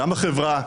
גם בחברה,